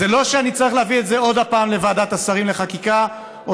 אז זה לא שאני צריך להביא את זה עוד פעם לוועדת השרים לחקיקה או